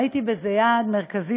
וראיתי בזה יעד מרכזי,